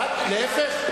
להיפך.